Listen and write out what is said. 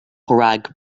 rhag